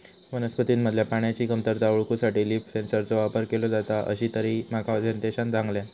वनस्पतींमधल्या पाण्याची कमतरता ओळखूसाठी लीफ सेन्सरचो वापर केलो जाता, अशीताहिती माका संदेशान सांगल्यान